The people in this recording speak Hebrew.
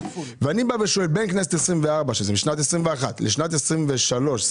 אני שואל: בין כנסת 24 שהיתה בשנת 2021 לשנת 2023-2024,